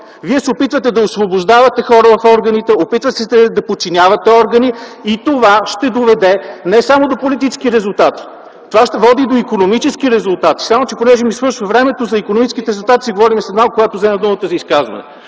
Вие се опитвате да освобождавате хора в органите, опитвате се да подчинявате органи и това ще доведе не само до политически резултати, това ще води до икономически резултати. Колеги, само че ми свършва времето. За икономическите резултати ще си говорим след малко, когато взема думата за изказване.